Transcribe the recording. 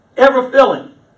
ever-filling